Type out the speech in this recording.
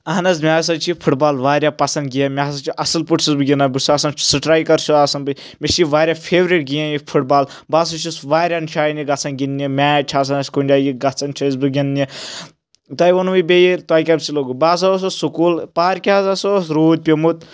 اہن حظ مےٚ ہَسا چھِ یہِ فُٹ بال واریاہ پَسنٛد گیم مےٚ ہَسا چھُ اَصٕل پٲٹھۍ چھُس بہٕ گِنٛدان بہٕ چھُس آسان سٹرایکر چھُ آسَان بہٕ مےٚ چھِ یہِ واریاہ فیورِٹ گیم یہِ فُٹ بال بہٕ ہَسا چھُس واریاہَن جایَن گژھان گِنٛدنہِ میچ چھِ آسان اَسہِ کُنہِ جایہِ یہِ گژھان چھِ أسۍ بہٕ گِنٛدنہِ تۄہہِ ووٚنوُ بیٚیہِ تۄہہِ کَم سۭتۍ لگُو بہٕ ہَسا اوسُس سکوٗل پارکہِ ہَسا اوس روٗد پیٚوٚمُت